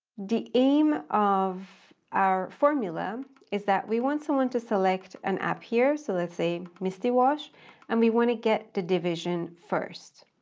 the aim of our formula is that we want someone to select an app here, so let's say misty wash and we want to get the division first.